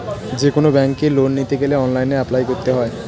যেকোনো ব্যাঙ্কে লোন নিতে গেলে অনলাইনে অ্যাপ্লাই করতে হয়